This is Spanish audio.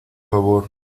favor